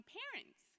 parents